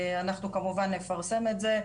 אנחנו כמובן נפרסם את זה.